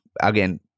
again